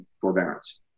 forbearance